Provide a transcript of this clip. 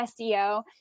SEO